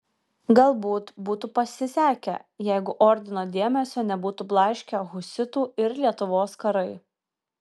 galbūt būtų pasisekę jeigu ordino dėmesio nebūtų blaškę husitų ir lietuvos karai